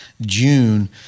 June